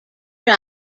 dry